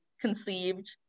conceived